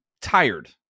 tired